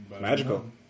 Magical